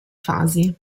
fasi